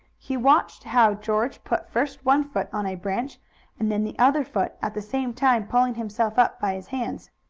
he watched how george put first one foot on a branch and then the other foot, at the same time pulling himself up by his hands.